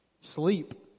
sleep